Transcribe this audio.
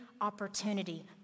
opportunity